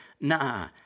nah